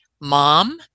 mom